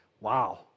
Wow